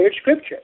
scripture